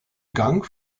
gang